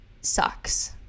sucks